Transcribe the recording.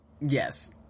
Yes